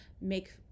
make